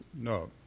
No